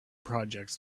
projects